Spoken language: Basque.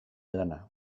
lana